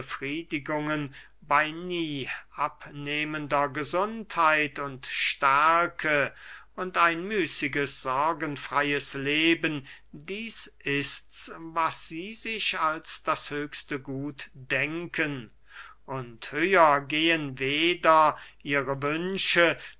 befriedigungen bey nie abnehmender gesundheit und stärke und ein müßiges sorgenfreyes leben dieß ists was sie sich als das höchste gut denken und höher gehen weder ihre wünsche